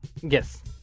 Yes